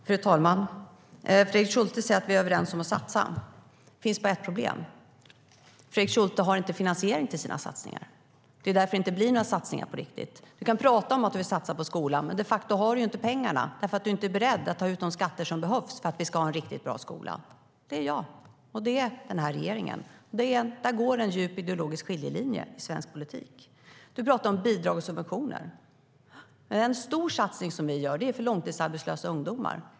Fru talman! Fredrik Schulte säger att vi är överens om att satsa. Det finns bara ett problem: Fredrik Schulte har inte finansiering till sina satsningar. Det är därför det inte blir några satsningar på riktigt. Du kan tala om att du vill satsa på skolan, Fredrik Schulte, men du har de facto inte pengarna eftersom du inte är beredd att ta ut de skatter som behövs för att vi ska ha en riktigt bra skola. Det är jag, och det är den här regeringen. Där går en djup ideologisk skiljelinje i svensk politik. Du talar om bidrag och subventioner. En stor satsning vi gör är den på långtidsarbetslösa ungdomar.